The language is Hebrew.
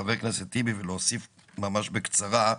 חבר הכנסת טיבי ולהוסיף ממש בקצרה.